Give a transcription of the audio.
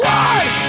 one